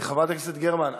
חברת הכנסת גרמן,